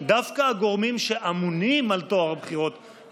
דווקא הגורמים שאמונים על טוהר הבחירות,